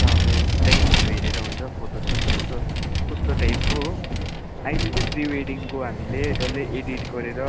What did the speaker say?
सा अब टाइमहरू हेरेर हुन्छ फोटो सुट कस्तो कस्तो टाइपको हो अहिले चाहिँ प्री वेडिङको हामीले डल्लै एडिट गरेर